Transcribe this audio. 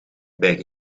bij